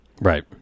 Right